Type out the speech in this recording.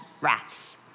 rats